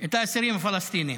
את האסירים הפלסטינים,